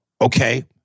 Okay